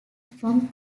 from